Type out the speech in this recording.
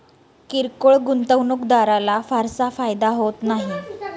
किरकोळ गुंतवणूकदाराला फारसा फायदा होत नाही